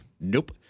Nope